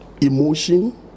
emotion